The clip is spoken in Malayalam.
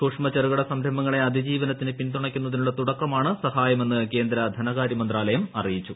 സൂക്ഷ്മ ചെറുകിട സംരംഭങ്ങളെ അതിജീവനത്തിന് പിന്തുണയ്ക്കുന്നതിനുള്ള തുടക്കമാണ് സഹായമെന്ന് കേന്ദ്ര ധനകാര്യ മന്ത്രാലയം അറിയിച്ചു